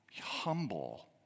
humble